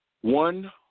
One